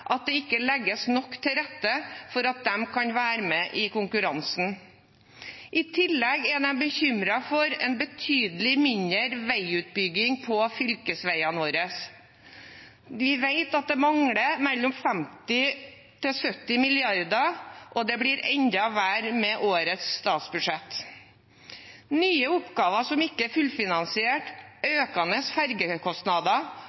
at det ikke legges nok til rette for at de kan være med i konkurransen. I tillegg er de bekymret for en betydelig mindre veiutbygging på fylkesveiene våre. Vi vet at det mangler mellom 50 mrd. kr og 70 mrd. kr, og det blir enda verre med årets statsbudsjett med nye oppgaver som ikke er fullfinansiert,